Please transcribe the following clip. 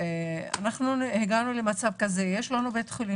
אנחנו הגענו למצב כזה, יש לנו בית חולים